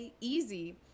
easy